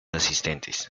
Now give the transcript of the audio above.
asistentes